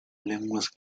lenguas